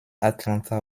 atlanta